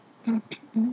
mm